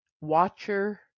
Watcher